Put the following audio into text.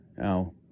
Now